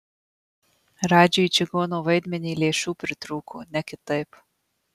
radžiui į čigono vaidmenį lėšų pritrūko ne kitaip